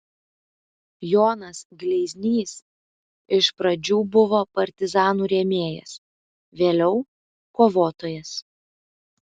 jonas gleiznys iš pradžių buvo partizanų rėmėjas vėliau kovotojas